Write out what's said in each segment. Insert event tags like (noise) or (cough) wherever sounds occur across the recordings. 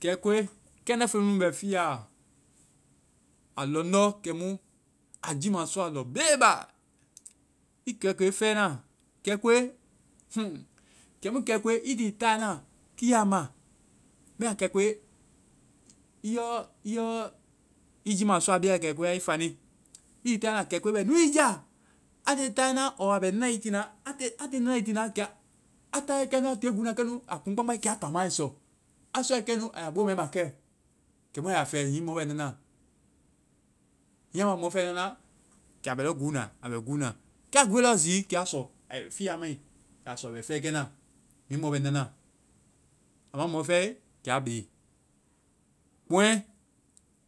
Kɛikoe kɛŋdɛ́ feŋ mu nu bɛ fiaɔ, a lɔŋdɔ́ kɛmu a jiima sɔa lɔbele bá. I kɛikoe fɛɛ na. Kɛikoe, (hesitation) kɛmu kɛikoe, i tii taayɛ na kia ma, bɛma kɛikoe, i yɔ-i yɔ i jiiimasɔa a be ya kɛikoe, i fanii. I ti taa na, kɛikoe bɛ nuu i ja. A tiie taana ɔɔ a bɛ nana i tiina, a tiie-a tiie nana i tiina, kɛ-a taae (unintelligible) a tiie guu na kɛnu, a kuŋ kpangbae, kɛ a kama a sɔ. A sɔe kɛnu, a ya bo mɛ ma kɛ. Kɛmu a ya fɛ hiŋi mɔ bɛ nana. Hiŋi a ma mɔ fɛ nana, kɛ a bɛ lɔɔ guuna. A bɛ guu na. Kɛ a gúue lɔɔ zi, kɛ a sɔ. A bɛ fia mai, a bɛ fɛkɛna hiŋi mɔ bɛ na na. A ma mɔ fɛe, kɛ a be kpɔŋgɛ.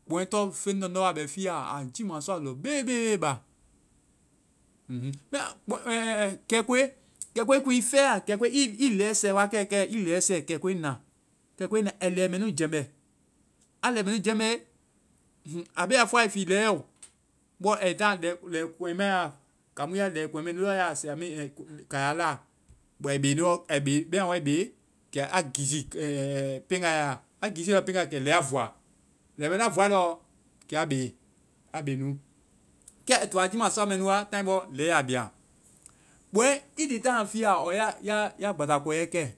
Kpɔŋgɛ tɔŋ feŋ lɔŋdɔ a bɛ fiaɔ. A jiimasɔa lɔbebe ba. (hesitation) kɛikoe. Kɛikoe, kuŋ i fɛya. Kɛikoe! I lɛɛ sɛ wa kɛ pɛ. I lɛɛ sɛ wa kɛ, kɛikoe na. Kɛikoe na ai lɛ mɛ nu jɛmɛ. A lɛ mɛ nu jɛmɛe, um hm. A be a fɔa ai fi lɛɔ o. Bɔ, ai taa lɛ-lɛ kɔŋge mai wa. Kaŋmu ya lɛ kɔŋge mɛ nu wae yaa s-gaya la ɔɔ ai be lɔɔ-ai be, bɛma a woa ai be, kɛ a giisi peŋgaa a. A giisiie peŋga a, kɛ lɛ a fua. Lɛ mɛ nu a fuae lɔ, kɛ a be nu. Kɛ ai to a jiimasɔ mɛ nu wa, táai bɔɔ, lɛɛ ya bia. Kpɔŋgɛ, i tii táana fiaɔ, ɔɔ ya gbasa kɔiyɛ kɛ.